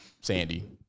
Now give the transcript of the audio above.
Sandy